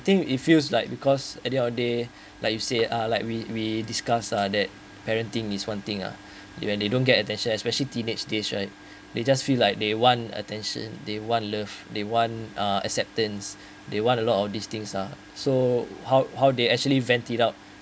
I think it feels like because at the end of day like you say uh like we we discuss uh that parenting is one thing uh you when they don't get attention especially teenage stage right they just feel like they want attention they want love they want uh acceptance they want a lot of these things uh so how how they actually vent it out